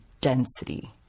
density